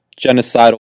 genocidal